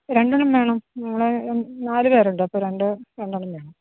രണ്ടെണ്ണം വേണം നമ്മൾ നാല് പേരുണ്ട് അപ്പോൾ രണ്ട് രണ്ടെണ്ണം വേണം